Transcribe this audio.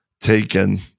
taken